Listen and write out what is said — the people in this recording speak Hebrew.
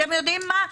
ואתם יודעים מה?